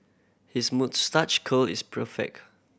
his moustache curl is per fake